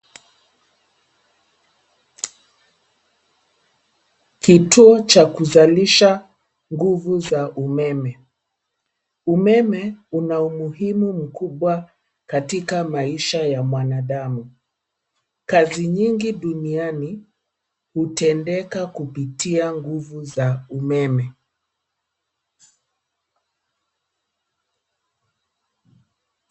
Kituo cha kuzalisha nguvu za umeme. Umeme una umuhimu mkubwa katika maisha ya mwanadamu. Kazi nyingi duniani hutendeka kwa kupitia nguvu za umeme.